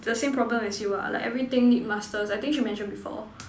the same problem as you ah like everything need masters I think she mention before